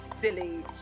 silly